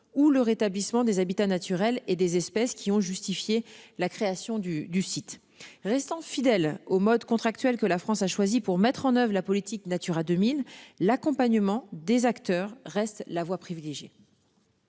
ou le rétablissement des habitats naturels et des espèces qui ont justifié la création du du site restant fidèle au mode contractuel que la France a choisi pour mettre en oeuvre la politique Natura 2000, l'accompagnement des acteurs reste la voie privilégiée.--